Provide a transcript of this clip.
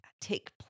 take